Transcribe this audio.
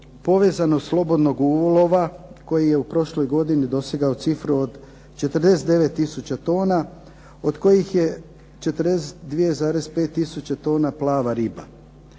povezanost slobodnog ulova koji je u prošloj godini dosegao cifru od 49 tisuća tona od kojih je 42,5 tisuća tona plava riba.